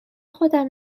خودم